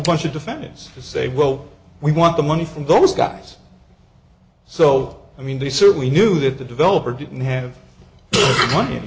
bunch of defendants to say well we want the money from those guys so i mean they certainly knew that the developer didn't